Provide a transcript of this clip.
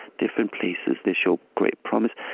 different places, they show great promise,